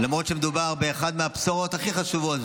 למרות שמדובר באחת מהבשורות הכי חשובות